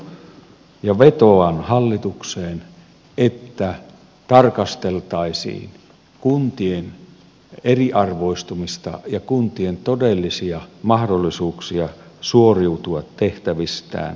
toivon ja vetoan hallitukseen että tarkasteltaisiin kuntien eriarvoistumista ja kuntien todellisia mahdollisuuksia suoriutua tehtävistään